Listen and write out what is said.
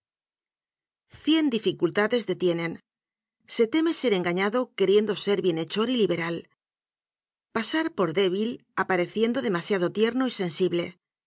cien dificultades detienen se teme ser engañado queriendo ser bienhechor y liberal pasar por dé bil apareciendo demasiado tierno y sensible